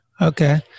okay